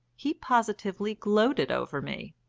he positively gloated over me,